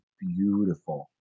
beautiful